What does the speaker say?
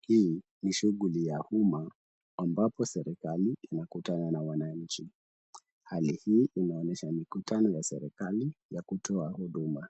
Hii ni shughuli ya umma, ambapo serikali inakutana na wananchi. Hali hii inaonyesha mikutano ya serikali ya kutoa huduma.